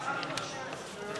8, ואין נמנעים.